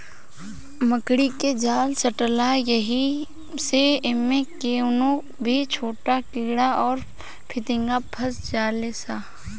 मकड़ी के जाल सटेला ऐही से इमे कवनो भी छोट कीड़ा अउर फतीनगा फस जाले सा